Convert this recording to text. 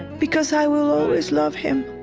because i will always love him.